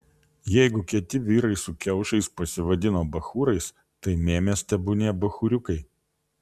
jeigu kieti vyrai su kiaušais pasivadino bachūrais tai mėmės tebūnie bachūriukai